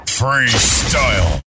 freestyle